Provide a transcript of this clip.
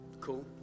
Cool